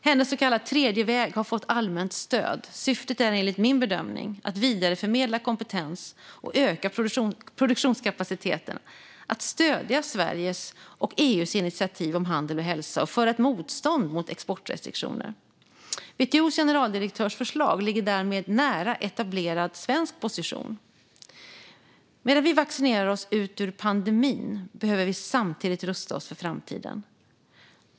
Hennes så kallade tredje väg har fått allmänt stöd. Syftet är enligt min bedömning att vidareförmedla kompetens och öka produktionskapaciteten, att stödja Sveriges och EU:s initiativ om handel och hälsa och föra ett motstånd mot exportrestriktioner. WTO:s generaldirektörs förslag ligger därmed nära etablerad svensk position. Medan vi vaccinerar oss ut ur pandemin behöver vi samtidigt rusta oss för framtiden.